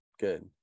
good